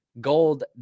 gold